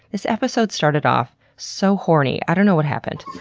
this episode started off so horny. i don't know what happened.